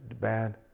bad